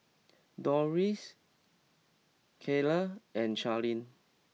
Dorris Kaylie and Charline